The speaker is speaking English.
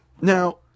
Now